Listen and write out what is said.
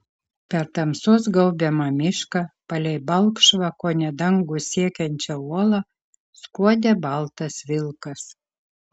per tamsos gaubiamą mišką palei balkšvą kone dangų siekiančią uolą skuodė baltas vilkas